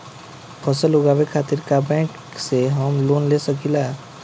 फसल उगावे खतिर का बैंक से हम लोन ले सकीला?